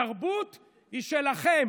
התרבות היא שלכם